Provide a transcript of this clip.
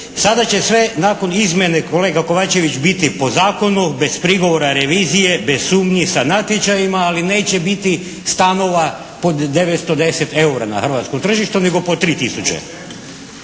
Sada će sve nakon izmjene kolega KOvačević biti po zakonu, bez prigovora revizije, bez sumnji sa natječajima ali neće biti stanova po 910 EUR-a na hrvatskom tržištu nego po 3000.